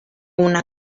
una